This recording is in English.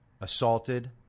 assaulted